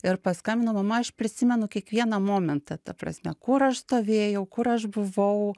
ir paskambino mama aš prisimenu kiekvieną momentą ta prasme kur aš stovėjau kur aš buvau